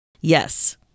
Yes